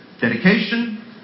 dedication